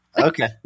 Okay